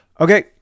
Okay